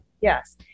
Yes